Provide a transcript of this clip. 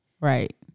Right